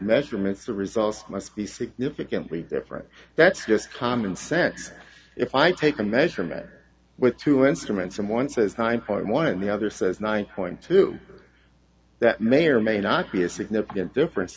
measurements the results must be significantly different that's just common sense if i take a measurement with two instruments someone says nine point one and the other says nine point two that may or may not be a significant difference